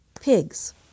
pigs